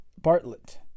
Bartlett